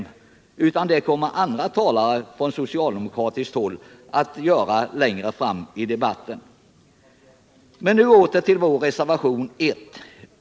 Det kommer i så fall andra talare från socialdemokratiskt håll att göra längre fram i debatten. Men nu åter till vår reservation 1.